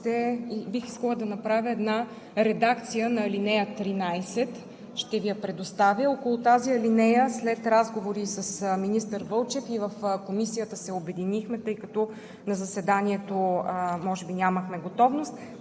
бих искала да направя една редакция на ал. 13 – ще Ви я предоставя. Около тази алинея, след разговори с министър Вълчев, и в Комисията се обединихме, тъй като на заседанието може би нямахме готовност.